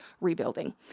rebuilding